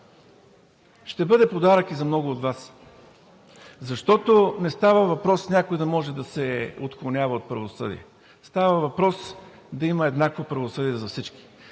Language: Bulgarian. ще бъде подарък и за много от Вас. Защото не става въпрос някой да може да се отклонява от правосъдие, става въпрос да има еднакво правосъдие за всички,